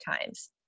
times